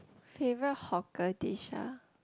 favourite hawker dish ah